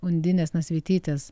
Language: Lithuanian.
undinės nasvytytės